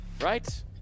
right